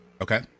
Okay